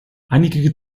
einige